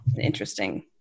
Interesting